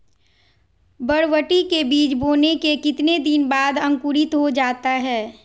बरबटी के बीज बोने के कितने दिन बाद अंकुरित हो जाता है?